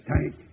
tank